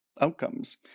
outcomes